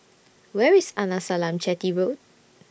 Where IS Arnasalam Chetty Road